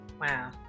Wow